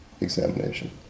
examination